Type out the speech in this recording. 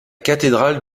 cathédrale